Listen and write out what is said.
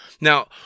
Now